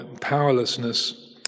powerlessness